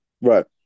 Right